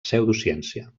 pseudociència